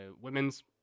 women's